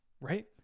Right